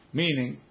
meaning